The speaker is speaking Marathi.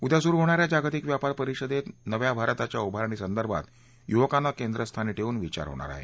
उद्या सुरु होणा या जागतिक व्यापार परिषदेत नव्या भारताच्या उभारणी संदर्भात युवकांना केंद्रस्थानी ठेवून विचार होणार आहे